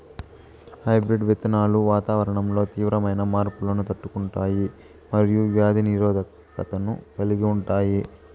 hybrid విత్తనాలు వాతావరణంలో తీవ్రమైన మార్పులను తట్టుకుంటాయి మరియు వ్యాధి నిరోధకతను కలిగి ఉంటాయి